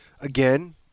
again